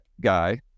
guy